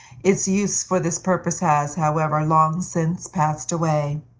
its use for this purpose has, however, long since passed away.